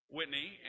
Whitney